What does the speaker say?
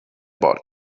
bought